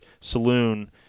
Saloon